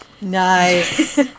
Nice